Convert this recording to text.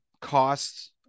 costs